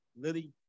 Lily